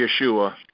Yeshua